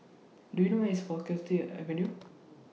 Do YOU know Where IS Faculty Avenue